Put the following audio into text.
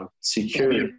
security